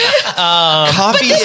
Coffee